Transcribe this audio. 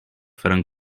faran